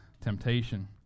Temptation